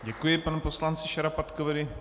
Děkuji panu poslanci Šarapatkovi.